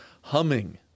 humming